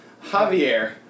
Javier